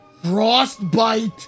Frostbite